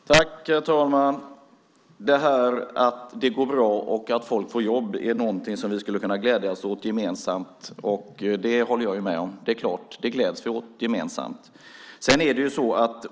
Herr talman! Finansministern säger att detta att det går bra och att folk får jobb är någonting som vi skulle kunna glädjas åt gemensamt. Det håller jag med om. Det är klart att vi gläds åt det gemensamt.